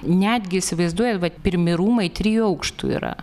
netgi įsivaizduojat vat pirmi rūmai trijų aukštų yra